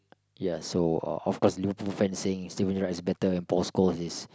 ya so uh of course Liver Pool fans saying Steven-gerrard is better than Post-Coast is